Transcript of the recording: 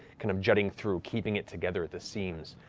kind of jutting through, keeping it together at the seams.